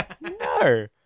No